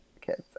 kids